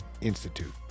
Institute